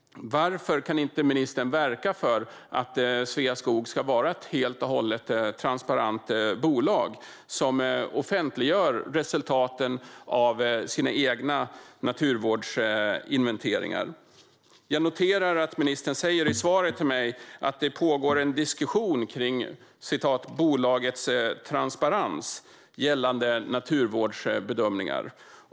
Varför kan inte ministern verka för att Sveaskog ska vara ett helt och hållet transparent bolag som offentliggör resultaten av sina egna naturvårdsinventeringar? Jag noterar att ministern i svaret till mig säger att det pågår en diskussion kring "bolagets transparens gällande naturvårdsbedömningar".